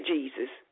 Jesus